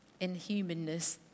inhumanness